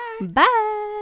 bye